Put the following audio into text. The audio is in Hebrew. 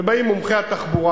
ובאים מומחי התחבורה,